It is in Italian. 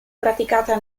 praticata